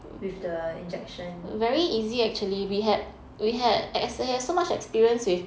with the injection